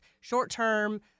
short-term